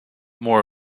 more